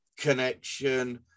Connection